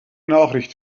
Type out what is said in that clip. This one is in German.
nachricht